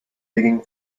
digging